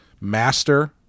master